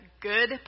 good